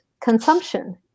consumption